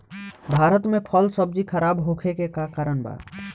भारत में फल सब्जी खराब होखे के का कारण बा?